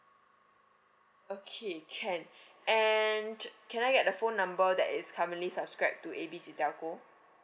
okay can and can I get the phone number that is currently subscribed to A B C telco